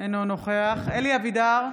אינו נוכח אלי אבידר,